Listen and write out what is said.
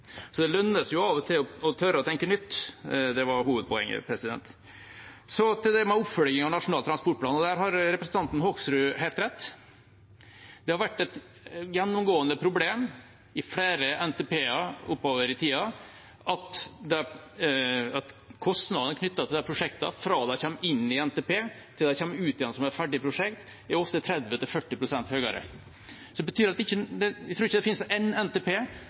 Så det lønner seg av og til å tørre å tenke nytt – det var hovedpoenget. Så til det med oppfølging av Nasjonal transportplan, og der har representanten Hoksrud helt rett: Det har vært et gjennomgående problem i flere NTP-er oppover i tida at kostnadene knyttet til disse prosjektene fra de kommer inn i NTP til de kommer ut igjen som et ferdig prosjekt, ofte er 30–40 pst. høyere. Jeg tror ikke det finnes én NTP som har klart å levere på det